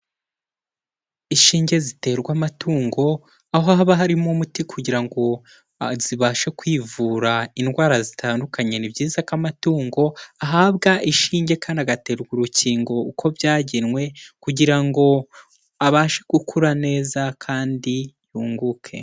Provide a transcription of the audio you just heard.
Inshinge ziterwa amatungo, aho haba harimo umuti kugira ngo zibashe kwivura indwara zitandukanye, ni byiza ko amatungo ahabwa ishinge kandi agaterwa urukingo uko byagenwe kugira ngo abashe gukura neza, kandi yunguke.